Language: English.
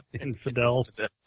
infidels